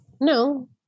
No